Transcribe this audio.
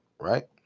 right